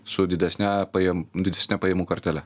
su didesne pajam didesne pajamų kartele